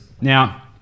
Now